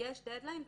יש דד-ליין,